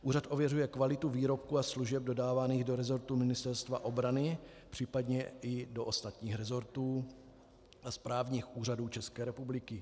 Úřad ověřuje kvalitu výrobků a služeb dodávaných do resortu Ministerstva obrany, případně i do ostatních resortů a správních úřadů České republiky.